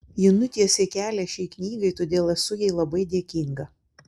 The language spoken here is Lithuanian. ji nutiesė kelią šiai knygai todėl esu jai labai dėkinga